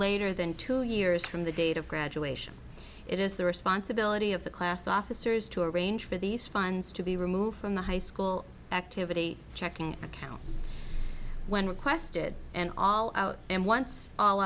later than two years from the date of graduation it is the responsibility of the class officers to arrange for these funds to be removed from the high school activity checking account when requested and all out and once all